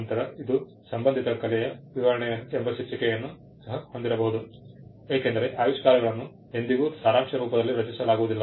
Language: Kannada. ನಂತರ ಇದು ಸಂಬಂಧಿತ ಕಲೆಯ ವಿವರಣೆ ಎಂಬ ಶೀರ್ಷಿಕೆಯನ್ನು ಸಹ ಹೊಂದಿರಬಹುದು ಏಕೆಂದರೆ ಆವಿಷ್ಕಾರಗಳನ್ನು ಎಂದಿಗೂ ಸಾರಾಂಶ ರೂಪದಲ್ಲಿ ರಚಿಸಲಾಗುವುದಿಲ್ಲ